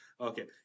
Okay